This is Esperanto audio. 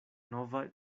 nova